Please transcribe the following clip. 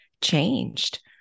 changed